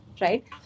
right